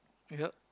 thank you